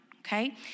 Okay